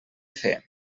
fer